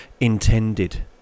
intended